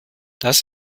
das